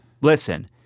listen